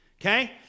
okay